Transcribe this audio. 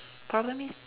problem is